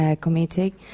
committee